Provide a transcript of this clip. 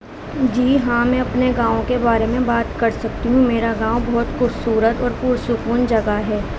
جی ہاں میں اپنے گاؤں کے بارے میں بات کر سکتی ہوں میرا گاؤں بہت خوبصورت اور پرسکون جگہ ہے